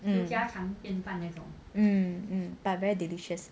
um um but very delicious